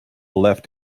left